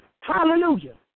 Hallelujah